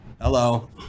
Hello